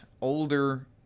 older